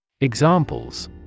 Examples